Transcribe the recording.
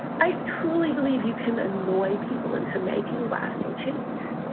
i truly believe you can annoy people into making lasting change.